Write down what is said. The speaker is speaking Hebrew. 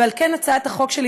ועל כן הצעת החוק שלי